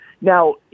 Now